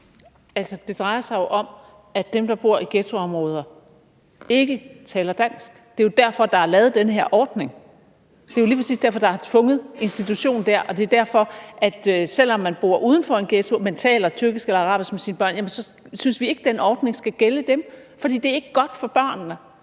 Altså, det drejer sig jo om, at dem, der bor i ghettoområder, ikke taler dansk. Det er jo derfor, der er lavet den her ordning. Det er jo lige præcis derfor, der er obligatorisk institutionsplads dér. Og hvis man bor uden for en ghetto, men taler tyrkisk eller arabisk med sine børn, så synes vi ikke, den ordning skal gælde dem, for det er ikke godt for børnene